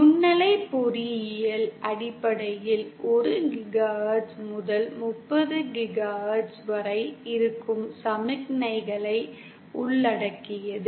நுண்ணலை பொறியியல் அடிப்படையில் 1 GHz முதல் 30 GHz வரை இருக்கும் சமிக்ஞைகளை உள்ளடக்கியது